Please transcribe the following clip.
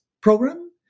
program